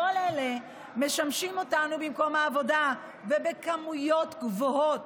כל אלה משמשים אותנו במקום העבודה ובכמויות גדולות.